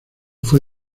fue